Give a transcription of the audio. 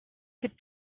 could